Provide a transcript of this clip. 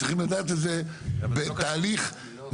אבל צריכים לדעת את זה בתהליך מקביל.